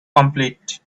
complete